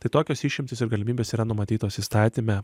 tai tokios išimtys ir galimybės yra numatytos įstatyme